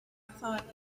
thought